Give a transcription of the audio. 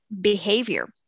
behavior